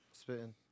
spitting